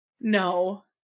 no